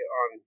on